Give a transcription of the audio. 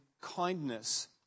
kindness